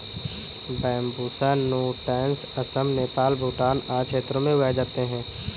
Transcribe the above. Bambusa nutans Assam, Nepal, Bhutan आदि क्षेत्रों में उगाए जाते है